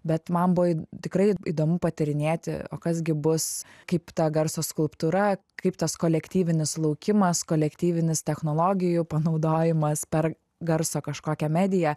bet man buvo tikrai įdomu patyrinėti o kas gi bus kaip ta garso skulptūra kaip tas kolektyvinis laukimas kolektyvinis technologijų panaudojimas per garso kažkokią mediją